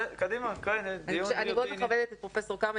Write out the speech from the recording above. אני מאוד מכבדת את פרופ' כרמי,